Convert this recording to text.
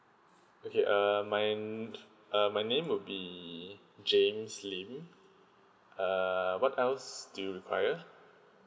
okay um my n~ uh my name will be james lim err what else do you require